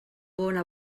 bona